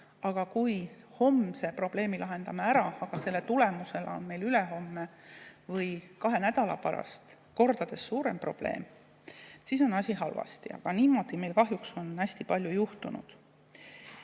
Aga kui me homse probleemi ära lahendame, kuid selle tõttu on meil ülehomme või kahe nädala pärast kordades suurem probleem, siis on asi halvasti. Niimoodi on meil kahjuks hästi palju juhtunud.